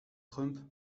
trump